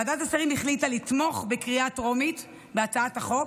ועדת השרים החליטה לתמוך בקריאה הטרומית בהצעת החוק,